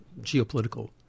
geopolitical